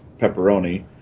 Pepperoni